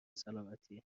سالمتی